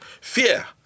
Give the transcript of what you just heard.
Fear